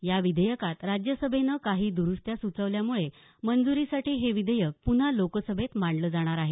या विधेयकात राज्यसभेनं काही दरूस्त्या सुचवल्यामुळे मंजुरीसाठी हे विधेयक पुन्हा लोकसभेत मांडलं जाणार आहे